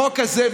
החוק הזה,